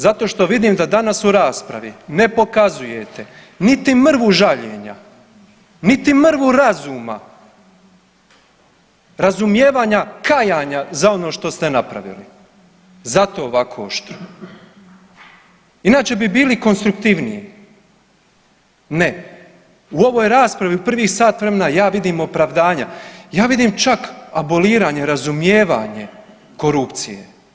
Zato što vidim da danas u raspravi ne pokazujete niti mrvu žaljenja, niti mrvu razuma, razumijevanja i kajanja za ono što ste napravili, zato ovako oštro inače bi bili konstruktivniji, ne u ovoj raspravi u prvih sat vremena ja vidim opravdanja, ja vidim čak aboliranje razumijevanje korupcije.